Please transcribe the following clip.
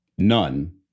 none